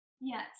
Yes